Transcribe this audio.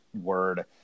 word